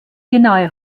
genaue